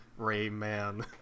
Rayman